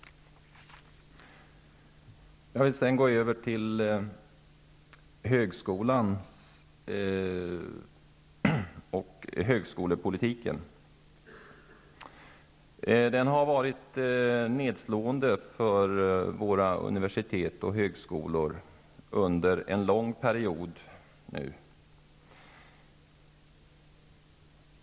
Jag vill sedan gå över till högskolan och högskolepolitiken. Högskolepolitiken har nu varit nedslående för våra universitet och högskolor under en lång period.